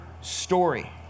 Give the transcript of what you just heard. story